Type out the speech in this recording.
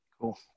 Cool